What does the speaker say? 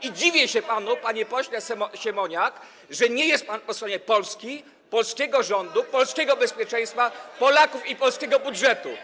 I dziwię się panu, panie pośle Siemoniak, że nie jest pan po stronie Polski, polskiego rządu, polskiego bezpieczeństwa, Polaków i polskiego budżetu.